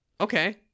Okay